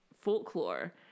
folklore